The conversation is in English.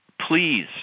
please